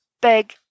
big